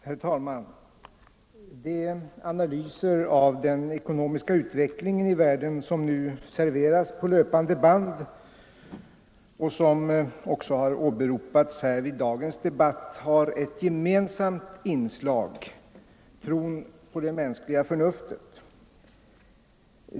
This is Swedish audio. Herr talman! De analyser av den ekonomiska utvecklingen i världen som nu serveras på löpande band, och som också har åberopats i dagens debatt, har ett gemensamt inslag: tron på det mänskliga förnuftet.